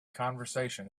conversation